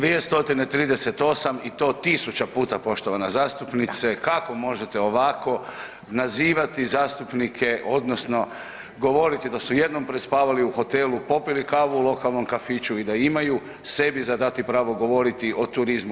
238. i to tisuća puta poštovana zastupnice, kako možete ovako nazivati zastupnike odnosno govoriti da su jednom prespavali u hotelu, popili kavu u lokalnom kafiću i da imaju sebi za dati pravo govoriti o turizmu.